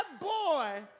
boy